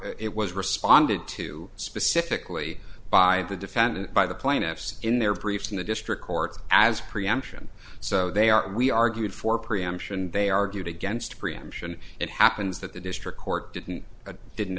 it was responded to specifically by the defendant by the plaintiffs in their briefs in the district court as preemption so they are and we argued for preemption they argued against preemption it happens that the district court didn't it didn't